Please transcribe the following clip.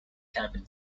cabin